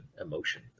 emotion